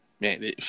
Man